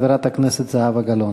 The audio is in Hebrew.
חברת הכנסת זהבה גלאון.